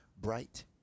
Bright